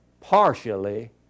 partially